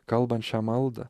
kalbant šią maldą